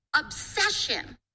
obsession